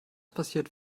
passiert